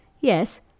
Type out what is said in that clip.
Yes